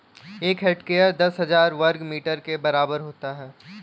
एक हेक्टेयर दस हजार वर्ग मीटर के बराबर होता है